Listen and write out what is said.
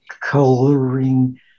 coloring